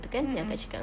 mm mm